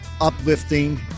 uplifting